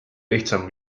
lihtsam